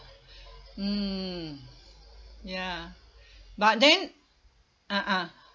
mm ya but then a'ah